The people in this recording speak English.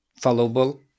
followable